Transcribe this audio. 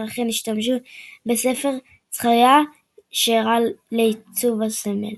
אכן השתמשו בספר זכריה כהשראה לעיצוב הסמל.